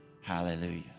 hallelujah